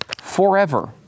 forever